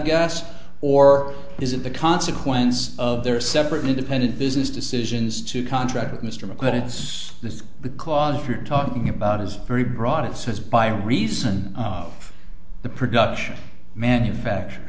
gas or is it the consequence of their separate independent business decisions to contract with mr mcmahon it's this because if you're talking about is a very broad it says by reason of the production manufacture